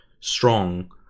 strong